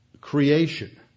creation